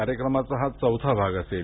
कार्यक्रमाचा हा चौथा भाग असेल